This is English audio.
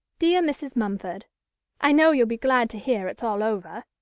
dear mrs. mumford i know you'll be glad to hear it's all over.